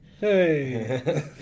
Hey